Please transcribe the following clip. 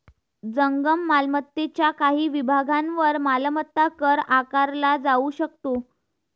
जंगम मालमत्तेच्या काही विभागांवर मालमत्ता कर आकारला जाऊ शकतो